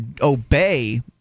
obey